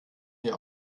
mir